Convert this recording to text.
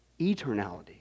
eternality